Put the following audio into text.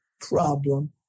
problem